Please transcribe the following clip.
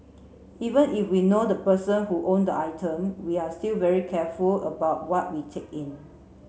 even if we know the person who owned the item we're still very careful about what we take in